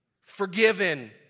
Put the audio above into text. forgiven